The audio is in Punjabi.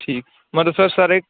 ਠੀਕ ਮਤਲਬ ਸਰ ਸਰ ਏ